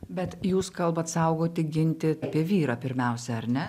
bet jūs kalbat saugoti ginti apie vyrą pirmiausia ar ne